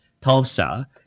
Tulsa